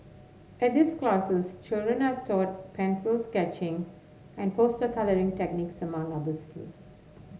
at these classes children are taught pencils sketching and poster colouring techniques among other skills